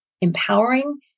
empowering